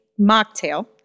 mocktail